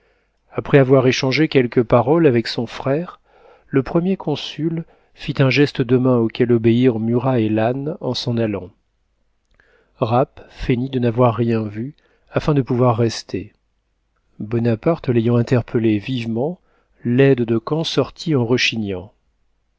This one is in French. après avoir échangé quelques paroles avec son frère le premier consul fit un geste de main auquel obéirent murat et lannes en s'en allant rapp feignit de n'avoir rien vu afin de pouvoir rester bonaparte l'ayant interpellé vivement laide de camp sortit en rechignant